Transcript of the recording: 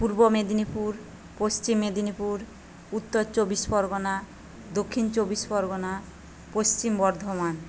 পূর্ব মেদিনীপুর পশ্চিম মেদিনীপুর উত্তর চব্বিশ পরগনা দক্ষিণ চব্বিশ পরগনা পশ্চিম বর্ধমান